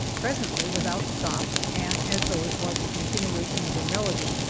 presently, without stop, and as though it was the continuation of a melody,